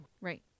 Right